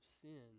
sin